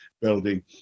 building